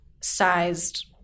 sized